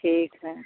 ठीक है